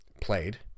played